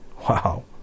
Wow